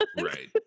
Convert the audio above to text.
right